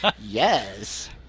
Yes